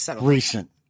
recent